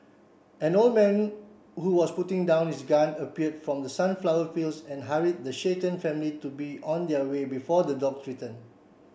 an old man who was putting down his gun appeared from the sunflower fields and hurried the shaken family to be on their way before the dogs return